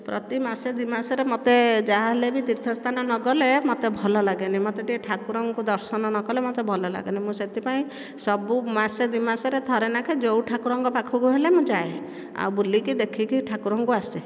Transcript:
ପ୍ରତି ମାସ ଦୁଇ ମାସରେ ମୋତେ ଯାହା ହେଲେ ବି ତୀର୍ଥସ୍ଥାନ ନଗଲେ ମୋତେ ଭଲ ଲାଗେନି ମୋତେ ଟିକିଏ ଠାକୁରଙ୍କୁ ଦର୍ଶନ ନକଲେ ମୋତେ ଭଲ ଲାଗେନି ମୁଁ ସେଥିପାଇଁ ସବୁ ମାସେ ଦୁଇ ମାସରେ ଥରେ ଲେଖା ଯେଉଁ ଠାକୁରଙ୍କ ପାଖକୁ ହେଲେ ମୁଁ ଯାଏ ଆଉ ବୁଲିକି ଦେଖିକି ଠାକୁରଙ୍କୁ ଆସେ